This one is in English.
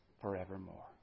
forevermore